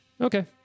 Okay